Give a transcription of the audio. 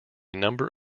number